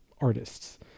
artists